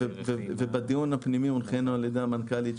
ובדיון הפנימי הונחינו על ידי המנכ"לית,